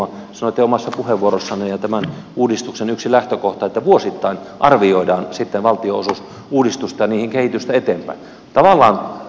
ministeri sanoitte omassa puheenvuorossanne että tämän uudistuksen yksi lähtökohta on että vuosittain arvioidaan sitten valtionosuusuudistusta ja kehitystä eteenpäin